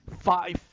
five